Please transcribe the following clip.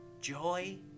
Joy